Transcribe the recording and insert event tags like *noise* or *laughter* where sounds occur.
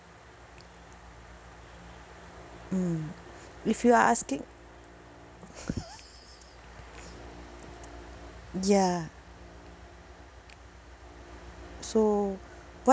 mm if you are asking *laughs* ya so what